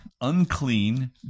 unclean